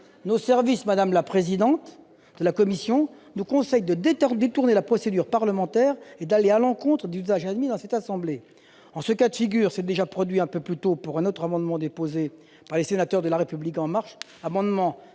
nos services, madame la présidente de la commission, nous conseillent de détourner la procédure parlementaire et d'aller à l'encontre des usages admis dans cette assemblée ! Ce cas de figure s'est déjà produit un peu plus tôt pour un autre amendement déposé par les sénateurs de la République En Marche, l'amendement